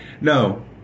No